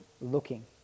looking